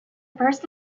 first